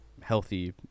healthy